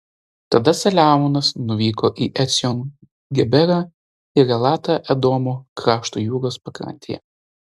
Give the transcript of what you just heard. tada saliamonas nuvyko į ecjon geberą ir elatą edomo krašto jūros pakrantėje